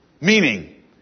meaning